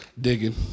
digging